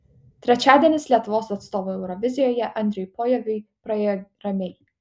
trečiadienis lietuvos atstovui eurovizijoje andriui pojaviui praėjo ramiai